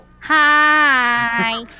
Hi